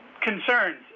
concerns